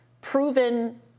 proven